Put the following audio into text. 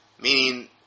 Meaning